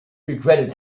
regretted